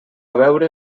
veure